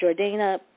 Jordana